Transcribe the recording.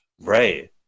Right